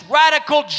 radical